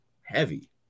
heavy